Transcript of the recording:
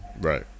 Right